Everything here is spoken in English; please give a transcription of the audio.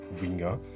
winger